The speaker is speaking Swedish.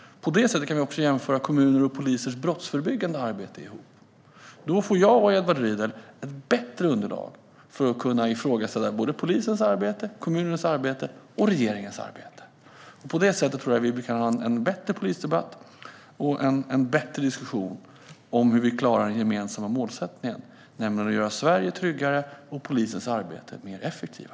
På det sättet kan vi också jämföra kommuners och polisers brottsförebyggande arbete ihop. Då får jag och Edward Riedl ett bättre underlag för att kunna ifrågasätta polisens arbete, kommunernas arbete och regeringens arbete. På det sättet kan vi ha en bättre polisdebatt och en bättre diskussion om hur vi klarar den gemensamma målsättningen: att göra Sverige tryggare och polisens arbete mer effektivt.